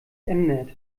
ändert